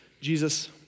Jesus